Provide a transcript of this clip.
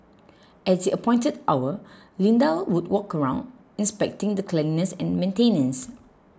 at the appointed hour Linda would walk around inspecting the cleanliness and maintenance